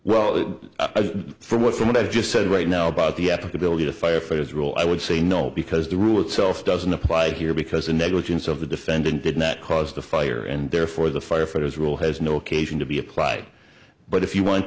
well from what from what i just said right now about the applicability to firefighters rule i would say no because the rule itself doesn't apply here because the negligence of the defendant did not cause the fire and therefore the firefighters rule has no occasion to be applied but if you want